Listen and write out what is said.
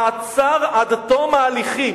מעצר עד תום ההליכים.